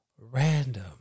random